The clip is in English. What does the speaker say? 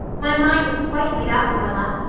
my mind is quite made up, marilla.